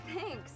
thanks